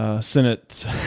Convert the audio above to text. Senate